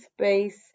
space